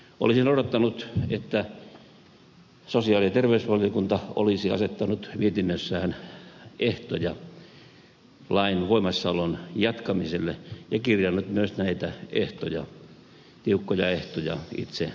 olisin odottanut että sosiaali ja terveysvaliokunta olisi asettanut mietinnössään ehtoja lain voimassaolon jatkamiselle ja kirjannut myös näitä tiukkoja ehtoja itse lakiin